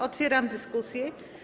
Otwieram dyskusję.